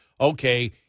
Okay